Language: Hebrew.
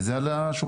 וזה על השולחן.